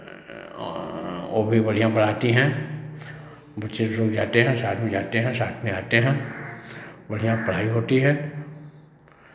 वो भी बढ़ियाँ पढ़ाती हैं बच्चे इस्कूल जाते हैं साथ में जाते हैं और साथ में आते हैं बढ़ियाँ पढ़ाई होती है